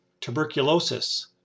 tuberculosis